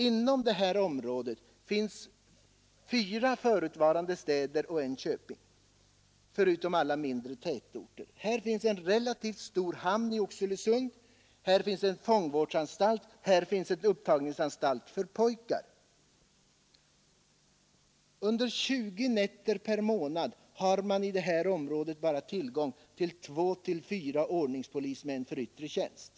I det området finns fyra förutvarande städer och en köping samt ett antal mindre tätorter. Vidare finns det här en relativt stor hamn, i Oxelösund, en fångvårdsanstalt och en upptagningsanstalt för pojkar. Under 20 nätter per månad har man i detta område bara tillgång till mellan två och fyra ordningspolismän för yttre tjänst.